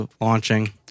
launching